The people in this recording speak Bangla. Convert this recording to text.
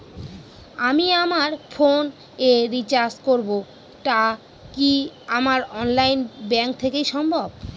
আমি আমার ফোন এ রিচার্জ করব টা কি আমার অনলাইন ব্যাংক থেকেই সম্ভব?